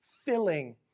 Filling